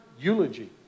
eulogy